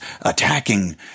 attacking